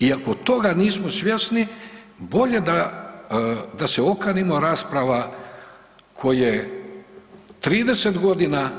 I ako toga nismo svjesni bolje da se okanimo rasprava koje 30 godina